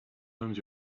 homes